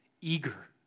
eager